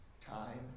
time